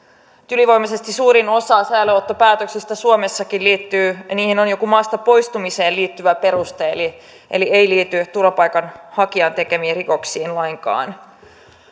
ylivoimaisesti suurimpaan osaan säilöönottopäätöksistä suomessakin on joku maasta poistumiseen liittyvä peruste eli suurin osa ei liity turvapaikanhakijan tekemiin rikoksiin lainkaan